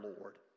Lord